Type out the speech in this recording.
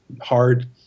hard